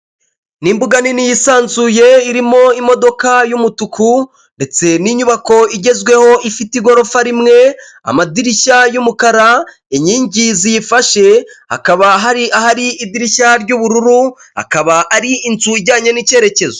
Ni imbuga nini yisanzuye irimo imodoka y'umutuku, ndetse n'inyubako igezweho ifite igorofa rimwe, amadirishya y'umukara inkingi ziyifashe, hakaba hari ahari idirishya ry'ubururu, akaba ari inzu ijyanye n'ikerekezo.